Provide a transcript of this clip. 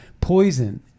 poison